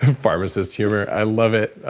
pharmacist humor, i love it.